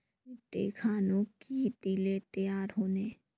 मिट्टी खानोक की दिले तैयार होने?